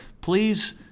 please